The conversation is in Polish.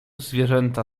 zwierzęta